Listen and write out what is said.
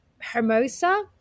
hermosa